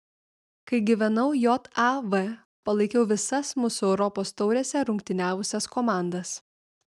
kai gyvenau jav palaikiau visas mūsų europos taurėse rungtyniavusias komandas